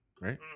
right